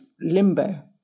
limbo